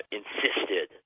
insisted